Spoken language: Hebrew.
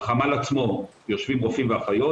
בחמ"ל עצמו יושבים רופאים ואחיות,